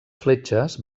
fletxes